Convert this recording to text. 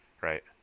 right